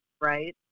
Right